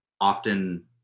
often